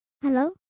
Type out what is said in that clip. hello